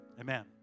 amen